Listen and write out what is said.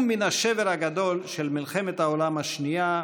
מן השבר הגדול של מלחמת העולם השנייה והשואה.